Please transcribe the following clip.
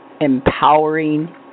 empowering